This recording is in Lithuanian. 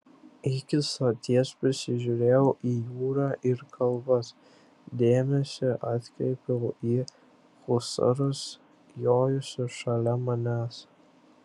iki soties prisižiūrėjęs į jūrą ir kalvas dėmesį atkreipiau į husarus jojusius šalia manęs